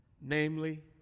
namely